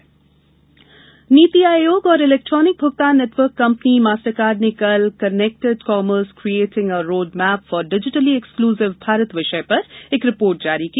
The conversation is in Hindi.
नीति रिपोर्ट नीति आयोग और इलेक्ट्रॉनिक भुगतान नेटवर्क कंपनी डेंजमतबंतक ने कल connected commerce creating a roadmap for digitally inclusive Bharat विषय पर एक रिपोर्ट जारी की